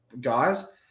guys